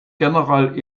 general